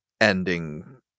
ending